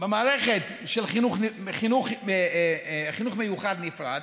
במערכת של חינוך מיוחד נפרד,